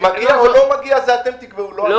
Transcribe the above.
מגיע או לא מגיע את זה אתם תקבעו, לא אני.